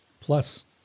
plus